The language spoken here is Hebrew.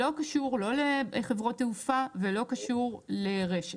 לא קשור לא לחברות תעופה ולא קשור לרשת.